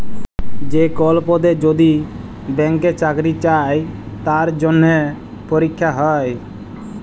যে কল পদে যদি ব্যাংকে চাকরি চাই তার জনহে পরীক্ষা হ্যয়